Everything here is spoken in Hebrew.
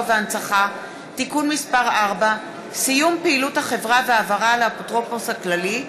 והנצחה) (תיקון מס׳ 4) (סיום פעילות החברה והעברה לאפוטרופוס הכללי),